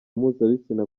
mpuzabitsina